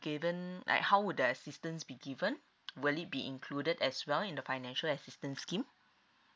given like how would the assistance be given will it be included as well in the financial assistance scheme